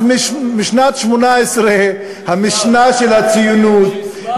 אז משנת 1918 המשנה של הציונות, צ'יזבט אחד גדול.